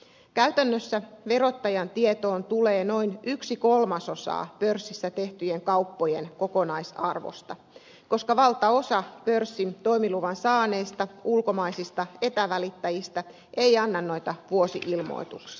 käytännössä verottajan tietoon tulee noin yksi kolmasosa pörssissä tehtyjen kauppojen kokonaisarvosta koska valtaosa pörssin toimiluvan saaneista ulkomaisista etävälittäjistä ei anna vuosi ilmoituksia